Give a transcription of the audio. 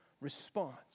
response